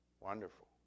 Wonderful